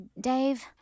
Dave